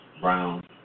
Brown